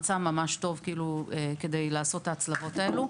קיים מצע ממש טוב כדי לעשות את ההצלבות האלה.